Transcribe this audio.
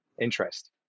interest